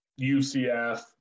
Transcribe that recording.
UCF